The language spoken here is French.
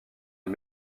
les